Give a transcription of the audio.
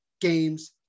games